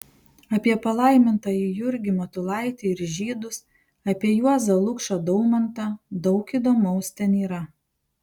apie palaimintąjį jurgį matulaitį ir žydus apie juozą lukšą daumantą daug įdomaus ten yra